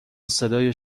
صدای